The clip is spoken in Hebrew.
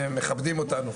מכבדים אותנו.